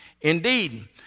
Indeed